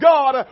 God